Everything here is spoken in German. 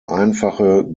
einfache